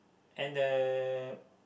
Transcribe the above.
and the